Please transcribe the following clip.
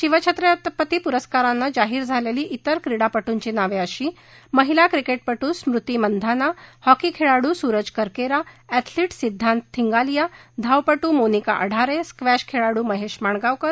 शिव छत्रपती पुरस्कारानं जाहीर झालेली त्रर क्रीडा पटूची नावे अशी महिला क्रिकेटपटू स्मृती मंनधाना हॉकी खेळाडू सुरज करकेरा अध्येलिट सिद्वांत थिंगालिया धावपटू मोनिका आथरे स्क्वॅश खेळाडू महेश माणगावकर